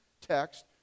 text